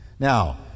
Now